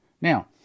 Now